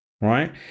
right